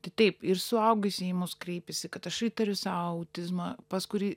tai taip ir suaugusieji į mus kreipiasi kad aš įtariu sau autizmą pas kurį